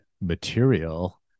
material